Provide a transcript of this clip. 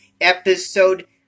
Episode